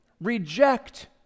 reject